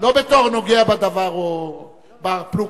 לא בתור נוגע בדבר או בר-פלוגתא,